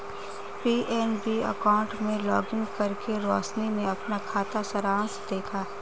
PNB account में login करके रोशनी ने अपना खाता सारांश देखा